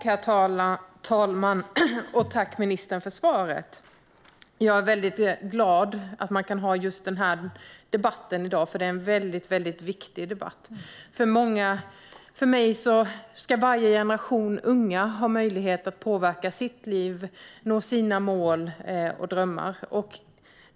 Herr talman! Jag tackar ministern för svaret. Jag är mycket glad för att vi kan ha just denna debatt i dag, eftersom den är mycket viktig. För mig är det viktigt att varje generation unga ska ha möjlighet att påverka sitt liv och nå sina mål och drömmar.